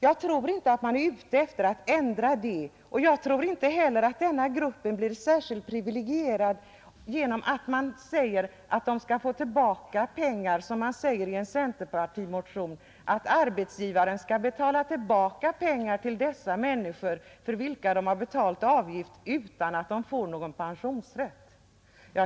Jag tror inte att man är ute efter att ändra detta, och jag tror inte heller att denna grupp skulle bli särskilt privilegierad om arbetsgivaren, som man säger i en centerpartimotion, skulle betala tillbaka pengar till dessa människor för vilka de har betalat avgifter utan att dessa får någon pensionsrätt.